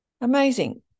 Amazing